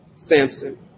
Samson